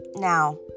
now